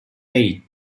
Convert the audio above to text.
eight